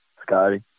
Scotty